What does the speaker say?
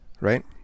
right